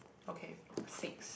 okay sixth